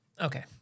okay